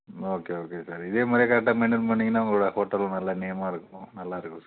okay okay sir இதே மாதிரி கரெக்டா மெயிண்டெயின் பண்ணீங்கன்னால் உங்களோட ஹோட்டல் நல்லா நேமாக இருக்கும் நல்லாருக்கும் சார்